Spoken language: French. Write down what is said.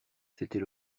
c’était